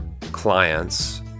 clients